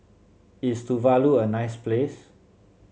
is Tuvalu a nice place